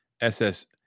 ss